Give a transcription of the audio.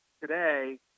today